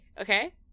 Okay